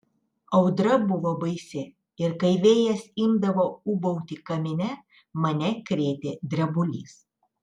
audra buvo baisi ir kai vėjas imdavo ūbauti kamine mane krėtė drebulys